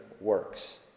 works